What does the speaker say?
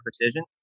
precision